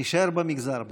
נישאר במגזר בינתיים.